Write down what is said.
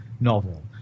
novel